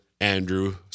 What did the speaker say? Andrew